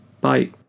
Bye